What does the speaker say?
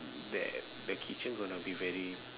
that the kitchen going to be very